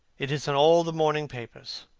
it is in all the morning papers.